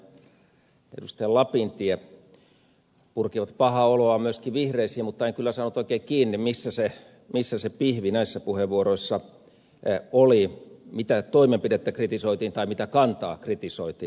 lapintie purkivat pahaa oloaan myöskin vihreisiin mutta en kyllä saanut oikein kiinni missä se pihvi näissä puheenvuoroissa oli mitä toimenpidettä kritisoitiin tai mitä kantaa kritisoitiin